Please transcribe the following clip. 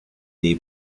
dei